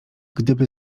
gdyby